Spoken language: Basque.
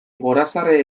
gorazarre